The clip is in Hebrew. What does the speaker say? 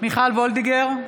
מיכל וולדיגר,